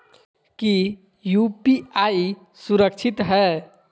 की यू.पी.आई सुरक्षित है?